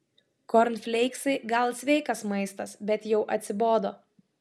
kornfleiksai gal sveikas maistas bet jau atsibodo